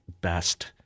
best